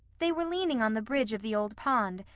they were leaning on the bridge of the old pond,